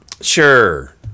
Sure